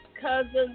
cousins